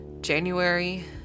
January